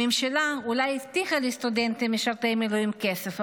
הממשלה אולי הבטיחה לסטודנטים משרתי מילואים כסף,